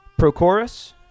Prochorus